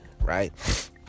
right